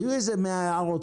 היו בערך 100 הערות.